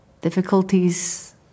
difficulties